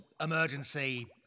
emergency